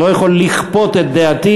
אני לא יכול לכפות את דעתי.